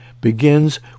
begins